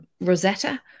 Rosetta